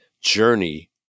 journey